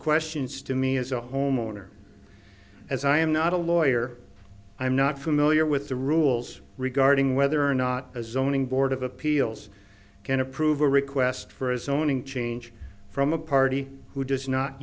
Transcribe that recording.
questions to me as a homeowner as i am not a lawyer i'm not familiar with the rules regarding whether or not as zoning board of appeals can approve a request for a zoning change from a party who does not